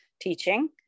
teaching